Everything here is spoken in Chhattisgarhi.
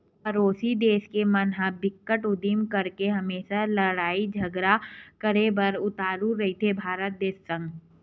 परोसी देस के मन ह बिकट उदिम करके हमेसा लड़ई झगरा करे बर उतारू रहिथे भारत देस संग